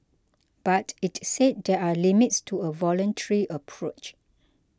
but it said there are limits to a voluntary approach